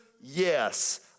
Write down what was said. yes